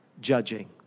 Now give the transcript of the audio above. judging